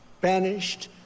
banished